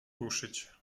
ruszyć